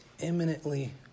imminently